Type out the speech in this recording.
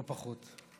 לא פחות.